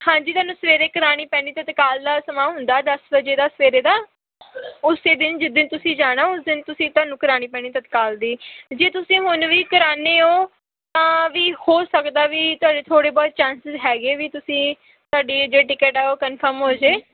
ਹਾਂਜੀ ਤੁਹਾਨੂੰ ਸਵੇਰੇ ਕਰਵਾਉਣੀ ਪੈਣੀ ਤਤਕਾਲ ਦਾ ਸਮਾਂ ਹੁੰਦਾ ਦਸ ਵਜੇ ਦਾ ਸਵੇਰੇ ਦਾ ਉਸ ਦਿਨ ਜਿਸ ਦਿਨ ਤੁਸੀਂ ਜਾਣਾ ਉਸ ਦਿਨ ਤੁਸੀਂ ਤੁਹਾਨੂੰ ਕਰਵਾਉਣੀ ਪੈਣੀ ਤਤਕਾਲ ਦੀ ਜੇ ਤੁਸੀਂ ਹੁਣ ਵੀ ਕਰਵਾਉਂਦੇ ਹੋ ਤਾਂ ਵੀ ਹੋ ਸਕਦਾ ਵੀ ਤੁਹਾਡੇ ਥੋੜ੍ਹੇ ਬਹੁਤ ਚਾਂਸਿਸ ਹੈਗੇ ਵੀ ਤੁਸੀਂ ਤੁਹਾਡੀ ਜਿਹੜੀ ਟਿਕਟ ਆ ਉਹ ਕਨਫਰਮ ਹੋਜੇ